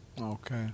Okay